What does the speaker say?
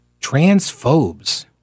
Transphobes